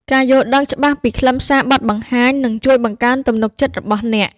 ការយល់ដឹងច្បាស់ពីខ្លឹមសារបទបង្ហាញនឹងជួយបង្កើនទំនុកចិត្តរបស់អ្នក។